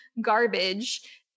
garbage